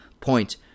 point